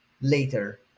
later